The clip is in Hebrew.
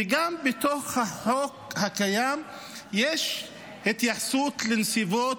וגם בתוך החוק הקיים יש התייחסות לנסיבות